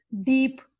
deep